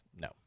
No